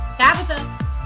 Tabitha